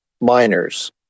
miners